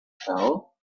fell